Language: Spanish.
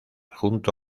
junto